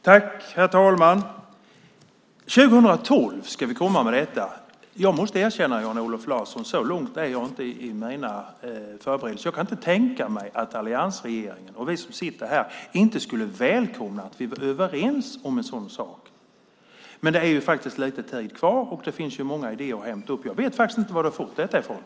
Herr talman! Vi ska komma med detta 2012. Jag måste erkänna, Jan-Olof Larsson, att så långt är jag inte mina förberedelser. Jag kan inte tänka mig att alliansregeringen och vi som sitter här inte skulle välkomna att vi var överens om en sådan sak. Det finns lite tid kvar, och det finns många idéer att hämta upp. Jag vet faktiskt inte var du har fått detta ifrån.